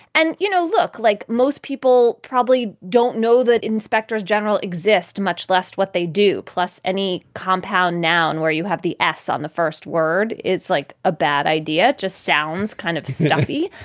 and, you know, look like most people probably don't know that inspectors general exist, much less what they do. plus any compound noun where you have the ass on the first word, it's like a bad idea just sounds kind of stuffy.